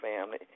family